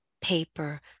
paper